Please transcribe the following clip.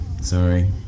sorry